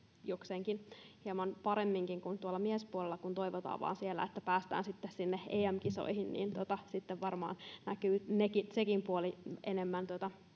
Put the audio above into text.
jokseenkin hieman paremminkin kuin tuolla miespuolella kun siellä toivotaan vain että päästään sitten sinne em kisoihin sitten varmaan näkyy sekin puoli enemmän